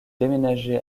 déménager